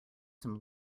some